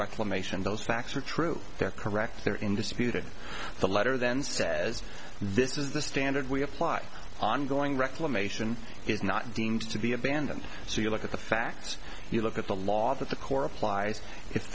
reclamation those facts are true they're correct they're in disputed the letter then says this is the standard we apply ongoing reclamation is not deemed to be abandoned so you look at the facts you look at the law that the core applies if